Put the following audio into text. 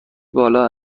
بالا